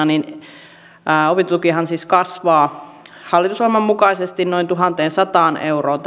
niin kokonaisopintotukihan siis kasvaa hallitusohjelman mukaisesti noin tuhanteensataan euroon